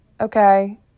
okay